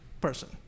person